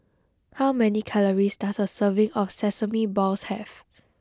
how many calories does a serving of Sesame Balls have